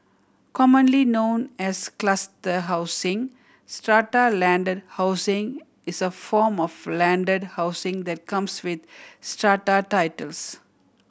commonly known as cluster housing strata landed housing is a form of landed housing that comes with strata titles